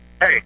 Hey